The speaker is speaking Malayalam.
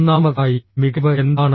ഒന്നാമതായി മികവ് എന്താണ്